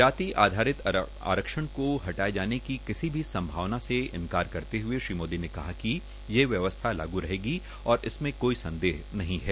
जाति आधारित आरक्षण को हटाये जाने की किसी भी संभावना से इन्कार करते हुए श्री मोदी ने कहा कि ये व्यवस्था लागू रहेगी और इसमें कोई संदेह नहीं है